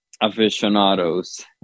aficionados